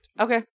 Okay